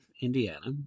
Indiana